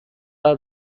are